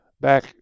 back